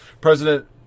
president